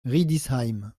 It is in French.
riedisheim